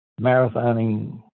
marathoning